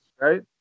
right